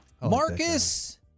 Marcus